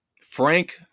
Frank